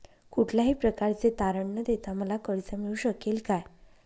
कुठल्याही प्रकारचे तारण न देता मला कर्ज मिळू शकेल काय?